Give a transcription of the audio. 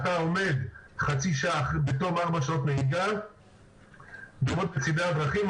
אתה עומד חצי שעה בתום ארבע שעות נהיגה בצדי הדרכים,